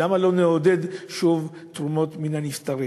למה לא נעודד שוב תרומות מן הנפטרים?